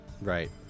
Right